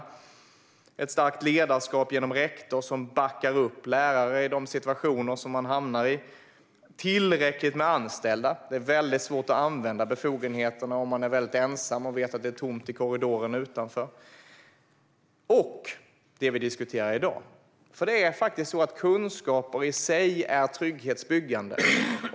Det handlar också om ett starkt ledarskap genom rektor, som backar upp lärare i de situationer de hamnar i. Det är också viktigt med tillräckligt många anställda. Det är svårt att använda befogenheterna om man vet att man är ensam och det är tomt i korridoren utanför. Det vi diskuterar i dag är också viktigt. Kunskaper i sig är faktiskt trygghetsbyggande.